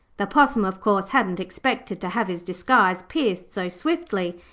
the possum, of course, hadn't expected to have his disguise pierced so swiftly,